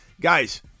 Guys